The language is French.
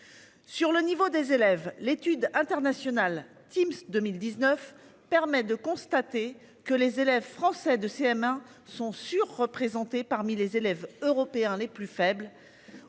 Sur le niveau des élèves. L'étude internationale teams 2019 permet de constater que les élèves français de CM1 sont sur-représentés parmi les élèves européens les plus faibles.